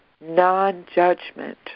non-judgment